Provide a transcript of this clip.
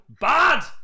bad